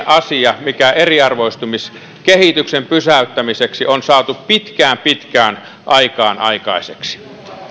asia mikä eriarvoistumiskehityksen pysäyttämiseksi on saatu pitkään pitkään aikaan aikaiseksi